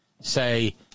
say